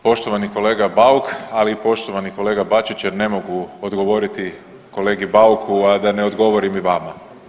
Poštovani kolega Bauk, ali i poštovani kolega Bačić jer ne mogu odgovoriti kolegi Bauku, a da ne odgovorim vama.